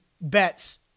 bets